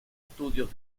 estudios